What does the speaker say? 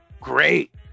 Great